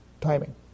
timing